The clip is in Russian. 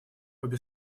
обе